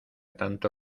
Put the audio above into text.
tanto